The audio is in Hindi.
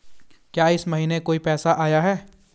क्या इस महीने कोई पैसा आया है?